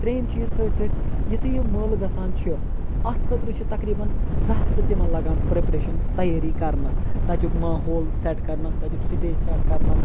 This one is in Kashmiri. تریم چیٖز سۭتۍ سۭتۍ یُتھے یہِ مٲلہٕ گَژھان چھُ اَتھ خٲطرٕ چھِ تَقریباً زٕ ہَفتہٕ تِمَن لَگان پریٚپریشَن تَیٲری کَرنَس تَتیُک ماحول سیٚٹ کَرنَس تَتیُک سٹیج سیٚٹ کَرنَس